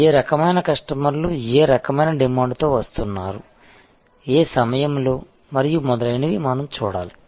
ఏ రకమైన కస్టమర్లు ఏ రకమైన డిమాండ్తో వస్తున్నారు ఏ సమయంలో మరియు మొదలైనవి మనం చూడాలి